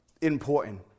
important